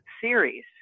Series